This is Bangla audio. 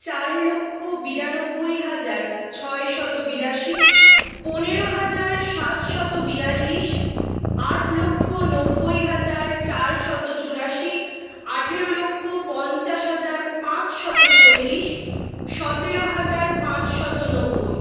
চার লক্ষ বিরানব্বই হাজার ছয়শত বিরাশি পনেরো হাজার সাতশত বিয়াল্লিশ আট লক্ষ নব্বই হাজার চারশত চুরাশি আঠেরো লক্ষ পঞ্চাশ হাজার পাঁচশত চল্লিশ সতেরো হাজার পাঁচশত নব্বই